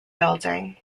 building